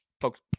Focus